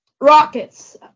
rockets